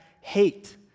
hate